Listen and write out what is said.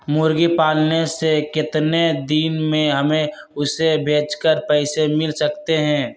मुर्गी पालने से कितने दिन में हमें उसे बेचकर पैसे मिल सकते हैं?